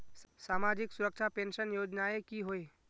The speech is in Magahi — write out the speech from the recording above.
सामाजिक सुरक्षा पेंशन योजनाएँ की होय?